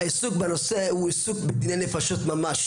העיסוק בנושא הוא עיסוק בדיני נפשות ממש